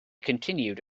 continued